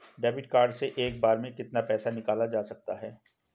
Debit card से एक बार में कितना पैसा निकाला जा सकता है?